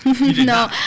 no